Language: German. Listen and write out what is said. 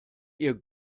ihr